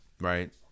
right